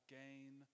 gain